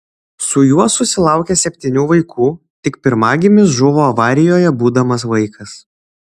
su juo susilaukė septynių vaikų tik pirmagimis žuvo avarijoje būdamas vaikas